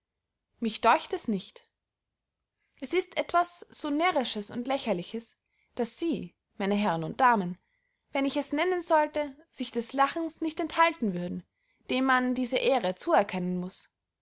mich deucht es nicht es ist etwas so närrisches und lächerliches daß sie meine herren und damen wenn ich es nennen sollte sich des lachens nicht enthalten würden dem man diese ehre zuerkennen muß